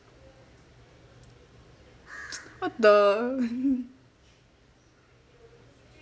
what the